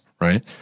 Right